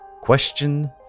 Question